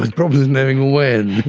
the problem is knowing when.